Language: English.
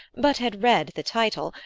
but had read the title,